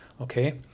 Okay